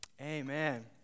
Amen